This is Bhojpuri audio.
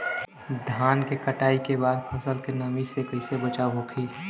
धान के कटाई के बाद फसल के नमी से कइसे बचाव होखि?